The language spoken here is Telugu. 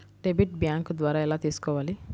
డెబిట్ బ్యాంకు ద్వారా ఎలా తీసుకోవాలి?